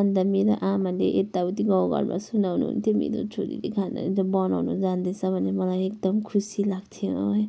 अन्त मेरो आमाले यताउति गाउँ घरमा सुनाउनु हुन्थ्यो मेरो छोरीले खाना बनाउनु जान्दछ भन्दा मलाई एकदम खुसी लाग्थ्यो